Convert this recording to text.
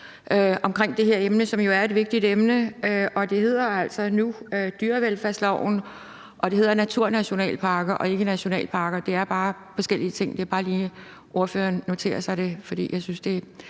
om det her emne, som jo er et vigtigt emne, og det hedder altså nu dyrevelfærdsloven, og det hedder naturnationalparker og ikke nationalparker. Det er forskellige ting, så det er bare lige, for at ordføreren noterer sig det, for jeg synes, det er